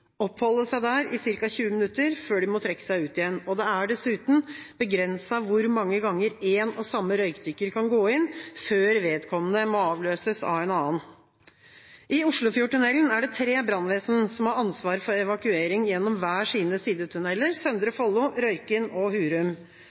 oppholde seg i ca. 20 minutter før de må trekke seg ut igjen. Det er dessuten begrenset hvor mange ganger en og samme røykdykker kan gå inn før vedkommende må avløses av en annen. I Oslofjordtunnelen er det tre brannvesen som har ansvar for evakuering gjennom hver sine sidetunneler: Søndre Follo, Røyken og Hurum.